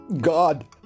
God